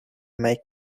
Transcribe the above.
make